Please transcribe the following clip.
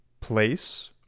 place